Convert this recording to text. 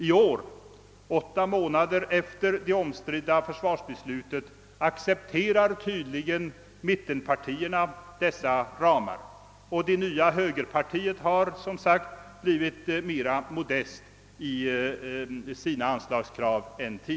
I år åtta månader efter det omstridda försvarsbeslutet — accepterar tydligen mittenpartierna dessa ramar, och det nya högerpartiet har, som sagt, blivit mera modest i sina anslagskrav.